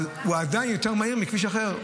אבל הוא עדיין יותר מהיר מכביש אחר.